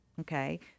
Okay